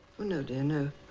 oh no dear no.